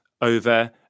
over